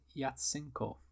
Yatsenko